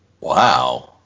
Wow